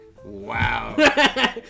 Wow